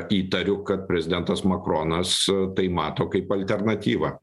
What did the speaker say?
įtariu kad prezidentas makronas tai mato kaip alternatyvą